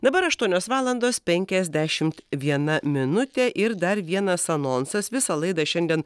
dabar aštuonios valandos penkiasdešimt viena minutė ir dar vienas anonsas visą laidą šiandien